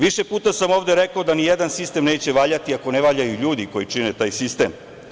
Više puta sam ovde rekao da ni jedan sistem neće valjati ako ne valjaju ljudi koji čine taj sistem.